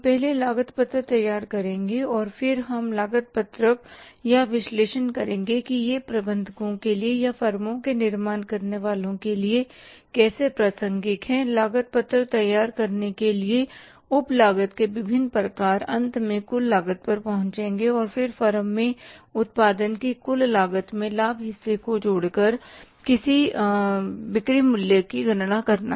हम पहले लागत पत्रक तैयार करेंगे और फिर हम लागत पत्रक का विश्लेषण करेंगे कि यह प्रबंधकों के लिए या फर्मों में निर्णय करने वालों के लिए कैसे प्रासंगिक है लागत पत्रक तैयार करने के लिए उप लागत के विभिन्न प्रकार अंत में कुल लागत पर पहुँचेंगे और फिर फर्म में उत्पादन की कुल लागत में लाभ हिस्से को जोड़कर बिक्री मूल्य की गणना करना